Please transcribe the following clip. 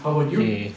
how about you